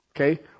Okay